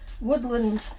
woodland